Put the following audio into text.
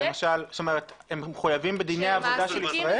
למשל הם מחויבים בדיני העבודה של מדינת ישראל?